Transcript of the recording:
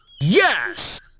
Yes